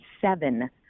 seven